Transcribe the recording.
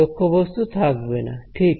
লক্ষ্যবস্তু থাকবে না ঠিক